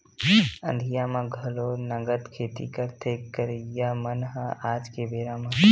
अंधिया म घलो नंगत खेती करथे करइया मन ह आज के बेरा म